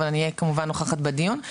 אבל אהיה כמובן נוכחת בדיון,